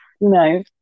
No